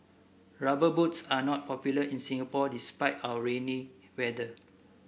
rubber boots are not popular in Singapore despite our rainy weather